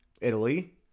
Italy